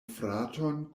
fraton